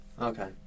Okay